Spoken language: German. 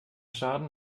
schaden